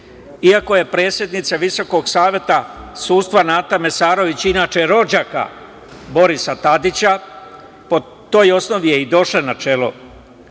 iako je predsednica VSS Nata Mesarović, inače rođaka Borisa Tadića, po toj osnovi je i došla na čelo